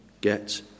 get